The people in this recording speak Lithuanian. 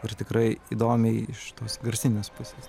ir tikrai įdomiai iš tos garsinės pusės